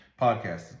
podcast